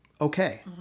okay